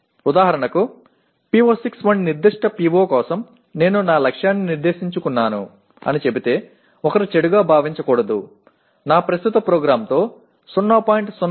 ఉదాహరణకు PO6 వంటి నిర్దిష్ట PO కోసం నేను నా లక్ష్యాన్ని నిర్దేశించుకున్నాను అని చెబితే ఒకరు చెడుగా భావించకూడదు నా ప్రస్తుత ప్రోగ్రామ్తో 0